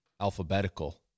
alphabetical